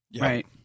Right